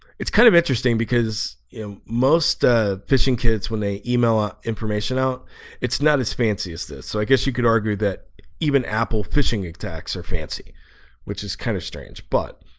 it's kind of interesting because you know most ah phishing kids when they email ah information out it's not as fancy as this so i guess you could argue, that even apple phishing attacks are fancy which, is kind of strange but?